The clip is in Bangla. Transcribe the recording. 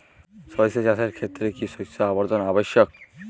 সরিষা চাষের ক্ষেত্রে কি শস্য আবর্তন আবশ্যক?